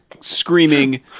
screaming